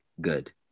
good